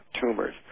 tumors